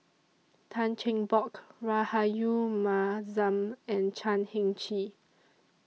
Tan Cheng Bock Rahayu Mahzam and Chan Heng Chee